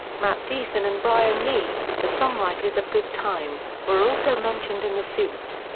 matt thiessen and brian lee, the songwriters of good time, were also mentioned in the suit.